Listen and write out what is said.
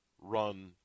run